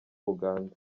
uganda